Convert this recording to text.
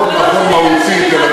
לא נכון מהותית, אבל זה לא משנה.